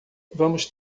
vamos